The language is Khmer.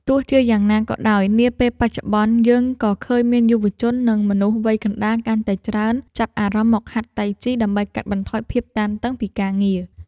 ទោះជាយ៉ាងណាក៏ដោយ នាពេលបច្ចុប្បន្នយើងក៏ឃើញមានយុវជន និងមនុស្សវ័យកណ្ដាលកាន់តែច្រើន ចាប់អារម្មណ៍មកហាត់តៃជីដើម្បីកាត់បន្ថយភាពតានតឹងពីការងារ។